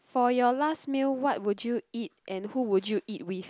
for your last meal what would you eat and who would you eat with